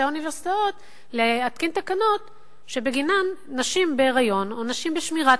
האוניברסיטאות להתקין תקנות שבגינן נשים בהיריון או נשים בשמירת